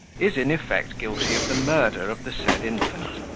is in effect guilty of the murder of the said infant,